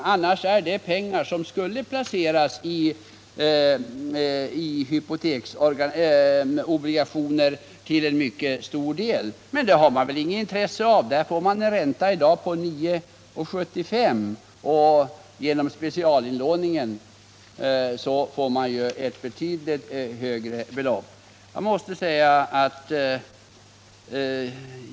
Dit går en mycket stor del pengar som annars skulle placeras i obligationer. Det har man inget intresse av, eftersom obligationerna i dag ger en ränta på 9,75 926 medan specialinlåningen ger en betydligt högre ränta.